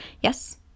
Yes